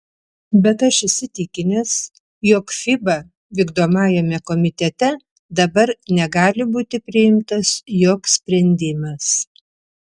bet aš įsitikinęs jog fiba vykdomajame komitete dabar negali būti priimtas joks sprendimas